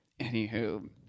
anywho